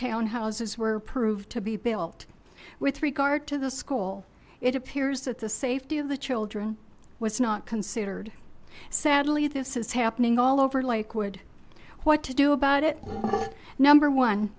townhouses were proved to be built with regard to the school it appears that the safety of the children was not considered sadly this is happening all over like would what to do about it number one